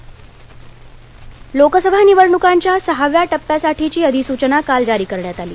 लोकसभा निवडणका लोकसभा निवडणुकांच्या सहाव्या टप्प्यासाठीची अधिसूचना काल जारी करण्यात आली